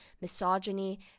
misogyny